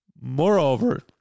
Moreover